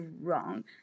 wrong